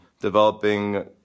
developing